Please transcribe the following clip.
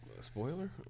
spoiler